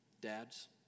dads